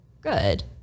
good